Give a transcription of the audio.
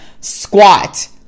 squat